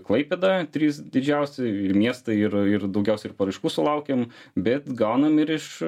klaipėda trys didžiausi miestai ir ir daugiausiai ir paraiškų sulaukiam bet gaunam ir iš